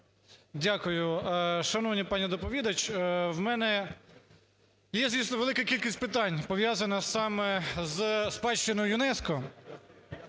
Дякую. Шановний пане доповідач, у мене є, звісно, велика кількість питань, пов'язаних саме зі спадщиною ЮНЕСКО.